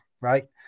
right